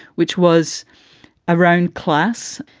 which was around class.